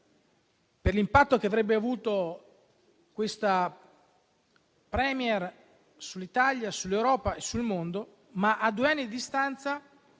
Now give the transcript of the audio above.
per l'impatto che avrebbe avuto sull'Italia, sull'Europa e sul mondo. Ma a due anni di distanza